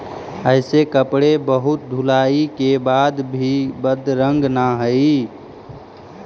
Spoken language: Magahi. ऐसे कपड़े बहुत धुलाई के बाद भी बदरंग न हई